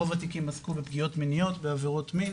רוב התיקים עסקו בפגיעות מיניות בעבירות מין